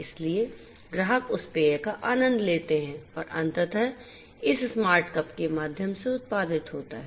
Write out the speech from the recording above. इसलिए ग्राहक उस पेय का आनंद लेते हैं जो अंततः इस स्मार्ट कप के माध्यम से उत्पादित होता है